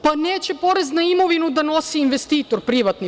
Pa, neće porez na imovinu da nosi investitor privatni.